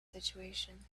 situation